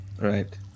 Right